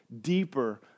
deeper